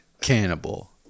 cannibal